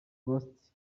august